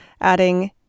adding